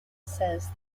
says